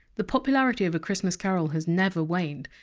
the popularity of a christmas carol has never waned.